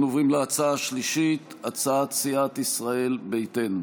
אנחנו עוברים להצעה השלישית, הצעת ישראל ביתנו.